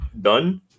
done